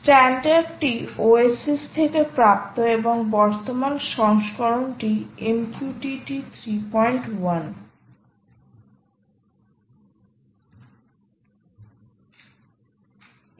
স্ট্যান্ডার্ডটি OASIS থেকে প্রাপ্ত এবং বর্তমান সংস্করণটি MQTT 31